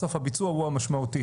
בסוף הביצוע הוא המשמעותי.